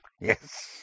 Yes